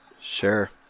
Sure